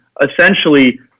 essentially